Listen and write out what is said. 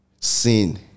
sin